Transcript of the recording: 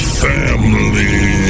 family